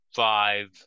five